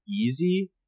easy